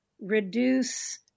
reduce